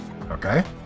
Okay